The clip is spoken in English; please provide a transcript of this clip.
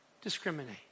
discriminate